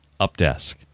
Updesk